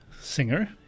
singer